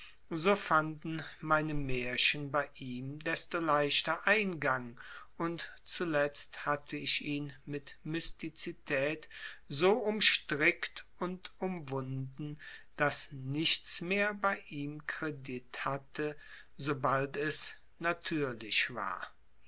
so fanden meine märchen bei ihm desto leichter eingang und zuletzt hatte ich ihn mit mystizität so umstrickt und umwunden daß nichts mehr bei ihm kredit hatte sobald es natürlich war